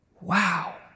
Wow